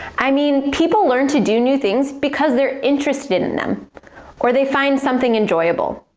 i mean, people learn to do new things because they're interested in them or they find something enjoyable.